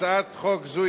הצעת חוק זו,